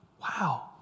Wow